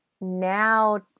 Now